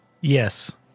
Yes